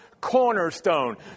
cornerstone